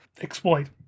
exploit